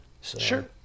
Sure